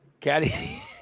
Caddy